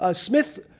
ah smith